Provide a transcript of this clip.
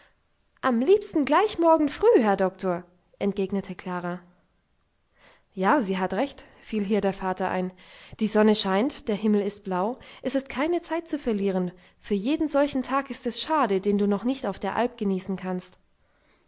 am liebsten gleich morgen früh herr doktor entgegnete klara ja sie hat recht fiel hier der vater ein die sonne scheint der himmel ist blau es ist keine zeit zu verlieren für jeden solchen tag ist es schade den du noch nicht auf der alp genießen kannst